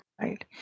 right